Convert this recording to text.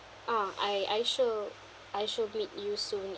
ah I I sure I sure meet you soon